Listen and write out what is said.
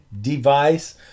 device